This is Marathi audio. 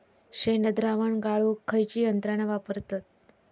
शेणद्रावण गाळूक खयची यंत्रणा वापरतत?